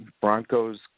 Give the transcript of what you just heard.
Broncos